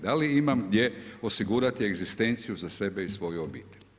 Da li imam gdje osigurati egzistenciju za sebe i svoju obitelj?